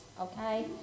okay